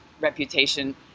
reputation